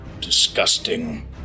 Disgusting